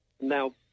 Now